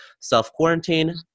Self-quarantine